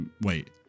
Wait